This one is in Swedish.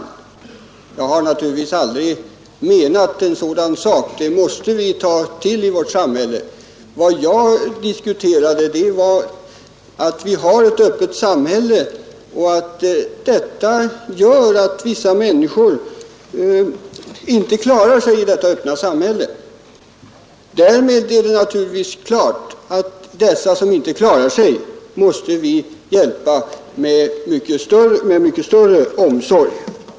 Jag har naturligtvis aldrig menat något sådant. Vi måste ta till de medel som finns i vårt samhälle. Vad jag diskuterade var att vi har ett öppet samhälle och att vissa människor inte klarar sig i detta öppna samhälle. Därmed är det naturligtvis uppenbart att dessa som inte klarar sig måste vi hjälpa med mycket större omsorg.